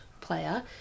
player